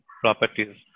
properties